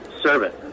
servant